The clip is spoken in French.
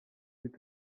huit